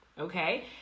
okay